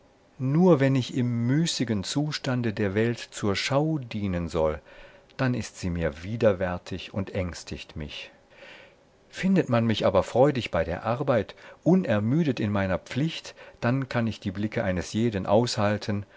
nur wenn ich im müßigen zustande der welt zur schau dienen soll dann ist sie mir widerwärtig und ängstigt mich findet man mich aber freudig bei der arbeit unermüdet in meiner pflicht dann kann ich die blicke eines jeden aushalten